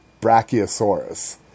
brachiosaurus